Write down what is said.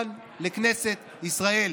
לכאן, לכנסת ישראל.